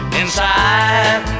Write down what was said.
inside